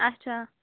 اَچھا